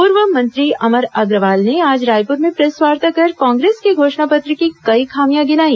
पूर्व मंत्री अमर अग्रवाल ने आज रायपूर में प्रेसवार्ता कर कांग्रेस के घोषणा पत्र की कई खामियां गिनाई